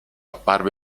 apparve